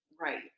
Right